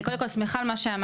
אני קודם כל שמחה על מה שאמרת.